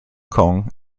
kong